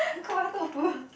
tofu